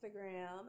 Instagram